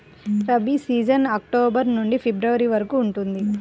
rabi season October నుండి February వరకు ఉంటుంది